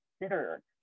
consider